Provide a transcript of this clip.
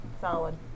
Solid